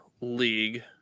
league